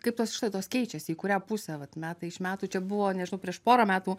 kaip tos išlaidos keičiasi į kurią pusę vat metai iš metų čia buvo nežinau prieš porą metų